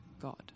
God